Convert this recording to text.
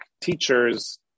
teacher's